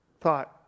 thought